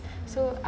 so I